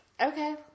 Okay